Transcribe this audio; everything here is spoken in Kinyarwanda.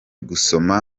gusoma